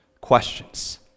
questions